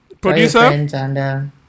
producer